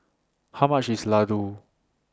How much IS Ladoo